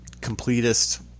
completest